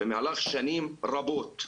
במהלך שנים רבות,